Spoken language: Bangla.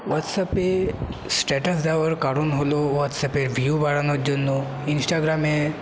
হোয়াটসঅ্যাপে স্ট্যাটাস দেওয়ার কারণ হল হোয়াটসঅ্যাপে ভিউ বাড়ানোর জন্য ইন্সটাগ্রামে